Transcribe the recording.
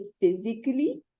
physically